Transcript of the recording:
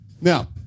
Now